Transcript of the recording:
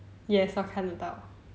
yes half 看得到